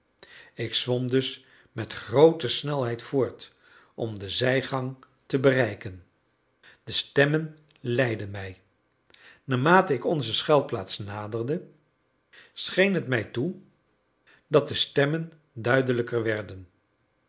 ik zwom dus met groote snelheid voort om de zijgang te bereiken de stemmen leidden mij naarmate ik onze schuilplaats naderde scheen het mij toe dat de stemmen duidelijker werden